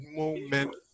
moment